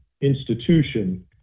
institution